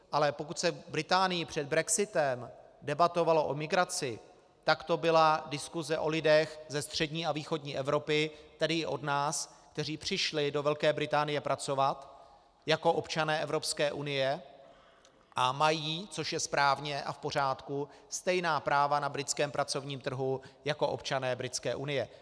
Ale pokud se v Británii před brexitem debatovalo o migraci, tak to byla diskuse o lidech ze střední a východní Evropy, tedy i od nás, kteří přišli do Velké Británie pracovat jako občané Evropské unie a mají, což je správně a v pořádku, stejná práva na britském pracovním trhu jako občané britské unie.